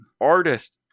artist